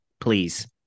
please